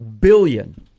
billion